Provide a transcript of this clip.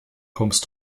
kommst